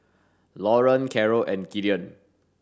Loren Carol and Gideon